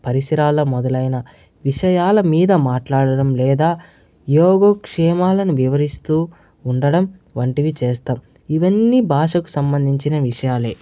పరిసరాల మొదలైన విషయాల మీద మాట్లాడడం లేదా యోగక్షేమాలను వివరిస్తూ ఉండడం వంటివి చేస్తాం ఇవన్నీ భాషకు సంబంధించిన విషయాలే